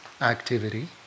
activity